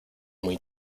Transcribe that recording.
muy